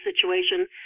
situation